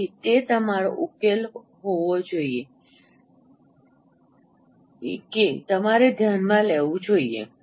તેથી તે તમારો ઉકેલો હોવો જોઈએકે તમારે ધ્યાનમાં લેવું જોઈએ